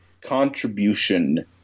contribution